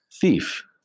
Thief